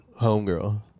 homegirl